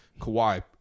Kawhi